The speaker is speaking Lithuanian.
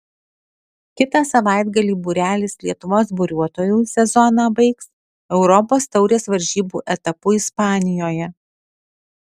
kitą savaitgalį būrelis lietuvos buriuotojų sezoną baigs europos taurės varžybų etapu ispanijoje